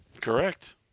Correct